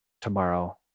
tomorrow